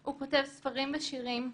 הוא כותב ספרים ושירים,